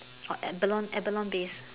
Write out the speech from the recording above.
or abalone abalone base